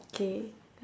okay